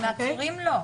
עצורים לא.